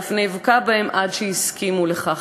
ואף נאבקה בהם עד שהסכימו לכך.